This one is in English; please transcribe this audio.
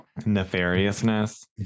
nefariousness